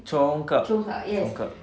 congkak congkak